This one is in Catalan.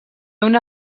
una